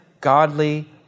godly